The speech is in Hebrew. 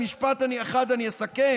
במשפט אחד אני אסכם.